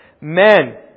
Men